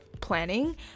planning